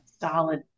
Solid